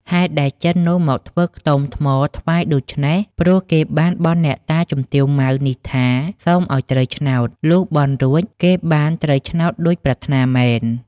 ហេតុដែលចិននោះមកធ្វើខ្ទមថ្មថ្វាយដូច្នេះ ព្រោះគេបានបន់អ្នកតាជំទាវម៉ៅ នេះថា សុំឲ្យត្រូវឆ្នោត លុះបន់រួចគេបានត្រូវឆ្នោតដូចប្រាថ្នាមែន។